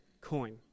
coin